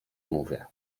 mówię